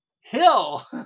hill